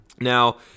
Now